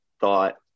thought